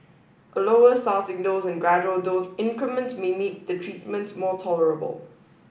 a lower starting dose and gradual dose increment may meet the treatment more tolerable